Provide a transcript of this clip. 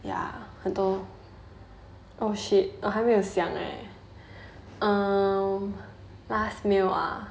oh shit 我还没有想 eh um last meal ah